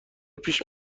پیش